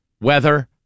Weather